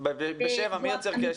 ב-7:00 מי יוצר קשר?